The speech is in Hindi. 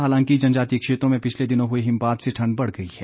हालांकि जनजातीय क्षेत्रों में पिछले दिनों हुए हिमपात से ठंड बढ़ गई है